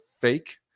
fake